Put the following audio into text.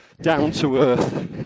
down-to-earth